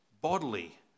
bodily